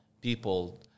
people